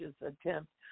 attempt